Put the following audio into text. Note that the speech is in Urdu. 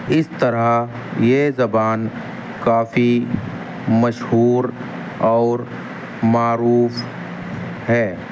اس طرح یہ زبان کافی مشہور اور معروف ہے